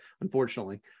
unfortunately